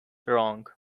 wrong